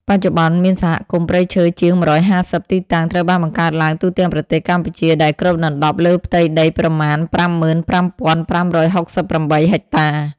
បច្ចុប្បន្ន មានសហគមន៍ព្រៃឈើជាង ១៥០ ទីតាំងត្រូវបានបង្កើតឡើងទូទាំងប្រទេសកម្ពុជា ដែលគ្របដណ្ដប់លើផ្ទៃដីប្រមាណ ៥៥,៥៦៨ ហិកតា។